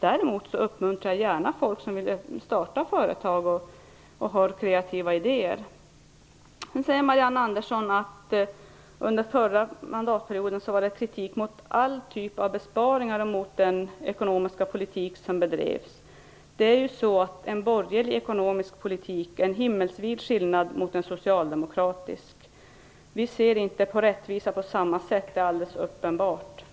Däremot uppmuntrar jag gärna folk som vill starta företag och som har kreativa idéer. Nu säger Marianne Andersson att det under förra mandatperioden riktades kritik mot all typ av besparingar och mot den ekonomiska politik som bedrevs. Det är ju en himmelsvid skillnad mellan en borgerlig ekonomisk politik och en socialdemokratisk. Att vi inte ser på rättvisa på samma sätt är alldeles uppenbart.